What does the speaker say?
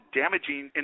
damaging